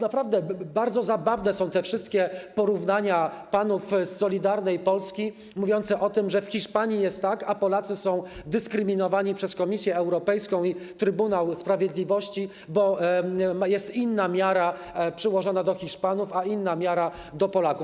Bardzo zabawne są te wszystkie porównania panów z Solidarnej Polski mówiące o tym, że w Hiszpanii jest tak, a Polacy są dyskryminowani przez Komisję Europejską i Trybunał Sprawiedliwości, bo jest inna miara przyłożona do Hiszpanów, a inna miara do Polaków.